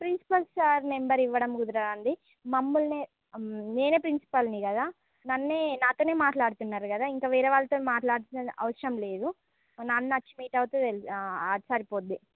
principal sir number ఇవ్వడం కుదరదు అండి మమ్ముల్నే నేనే ప్రిన్సిపాల్ని కదా నన్నే నాతోనే మాట్లాడుతున్నారు కదా ఇంక వేరేవాళ్ళతో మాట్లాడం అవసరం లేదు నన్ను వచ్చి మీట్ అయితే తెలిసి సరిపోద్ది